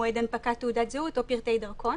מועד הנפקת תעודת זהות או פרטי דרכון